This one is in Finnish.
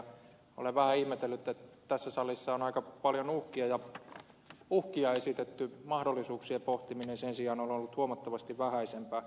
olen vähän ihmetellyt että tässä salissa on aika paljon uhkia esitetty mahdollisuuksien pohtiminen sen sijaan on ollut huomattavasti vähäisempää